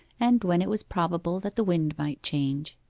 and when it was probable that the wind might change.